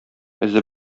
эзе